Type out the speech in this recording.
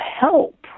help